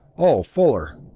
oh, fuller,